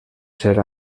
ser